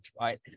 right